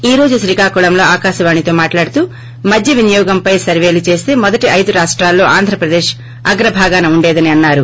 ఈ రోజు శ్రీకాకుళంలో ఆకాశవాణితో మాట్లాడుతూ మద్య వినీయోగంపై సర్వేలు చేస్తే మొదటి ఐదు రాష్టాల్లో ఆంధ్రప్రదేశ్ అగ్రభాగాన ఉండేదని అన్నారు